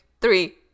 Three